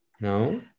no